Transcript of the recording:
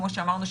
כמו שאמרנו,